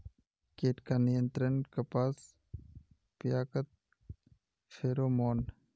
कीट का नियंत्रण कपास पयाकत फेरोमोन?